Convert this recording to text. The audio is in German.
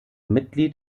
mitglied